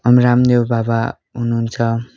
रामदेव बाबा हुनुहुन्छ